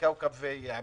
מה רוצים,